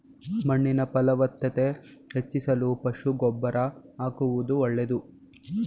ಮಣ್ಣಿನ ಫಲವತ್ತತೆ ಹೆಚ್ಚಿಸಲು ಪಶು ಗೊಬ್ಬರ ಆಕುವುದು ಒಳ್ಳೆದು